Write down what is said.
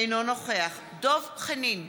אינו נוכח דב חנין,